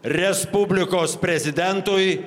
respublikos prezidentui